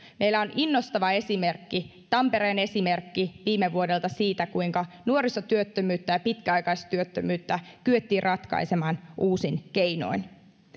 meillä on innostava esimerkki tampereen esimerkki viime vuodelta siitä kuinka nuoristyöttömyyttä ja pitkäaikaistyöttömyyttä kyettiin ratkaisemaan uusin keinoin